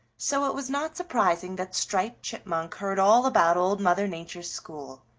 so it was not surprising that striped chipmunk heard all about old mother nature's school.